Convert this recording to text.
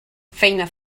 feina